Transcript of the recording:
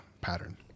pattern